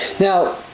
Now